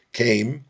came